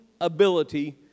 ability